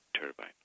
turbine